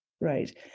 right